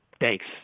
Thanks